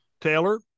Taylor